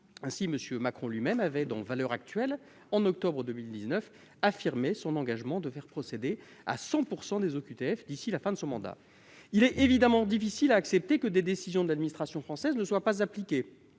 M. Macron, lui-même, a dans, au mois d'octobre 2019, affirmé son engagement de faire procéder à 100 % des OQTF d'ici à la fin de son mandat. Il est évidemment difficile d'accepter que des décisions de l'administration française ne soient pas appliquées.